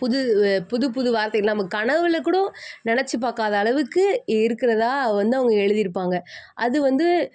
புது புது புது வார்த்தைகள் நம்ம கனவில் கூட நினச்சி பார்க்காத அளவுக்கு இருக்கிறதா வந்து அவங்க எழுதியிருப்பாங்க அது வந்து